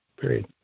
period